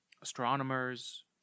Astronomers